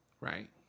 Right